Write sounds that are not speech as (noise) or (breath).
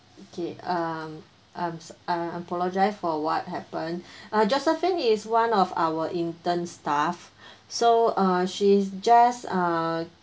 okay um I'm s~ um I apologise for what happen (breath) uh josephine is one of our intern staff (breath) so uh she's just uh